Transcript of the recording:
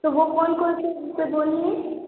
तो वो कौन कौन से उन से बोलने है